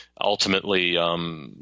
ultimately